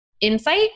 insight